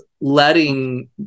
letting